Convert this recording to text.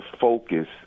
focus